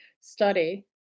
study